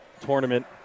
tournament